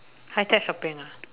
high tech shopping ah